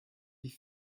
die